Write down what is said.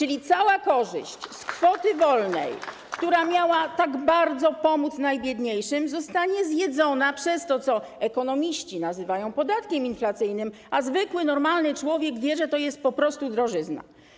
A więc cała korzyść z kwoty wolnej, która miała tak bardzo pomóc najbiedniejszym, zostanie zjedzona przez to, co ekonomiści nazywają podatkiem inflacyjnym, a zwykły, normalny człowiek wie, że to jest po prostu drożyzna.